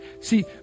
See